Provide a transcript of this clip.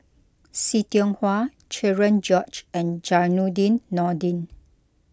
See Tiong Wah Cherian George and Zainudin Nordin